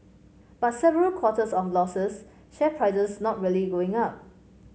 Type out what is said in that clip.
but several quarters of losses share prices not really going up